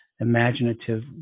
imaginative